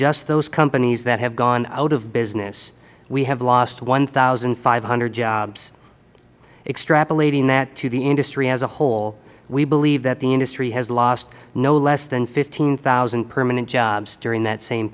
just those companies that have gone out of business we have lost one thousand five hundred jobs extrapolating that to the industry as a whole we believe that the industry has lost no less than fifteen thousand permanent jobs during that same